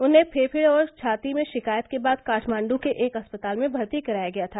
उन्हें फेफड़े और छाती में शिकायत के बाद काठमांडू के एक अस्पताल में भर्ती कराया गया था